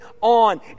on